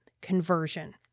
conversion